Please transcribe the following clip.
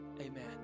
Amen